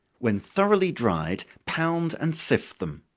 when thoroughly dried, pound and sift them.